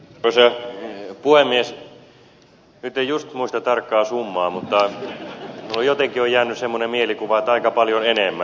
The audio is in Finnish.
nyt en just muista tarkkaa summaa mutta minulle on jotenkin jäänyt semmoinen mielikuva että aika paljon enemmän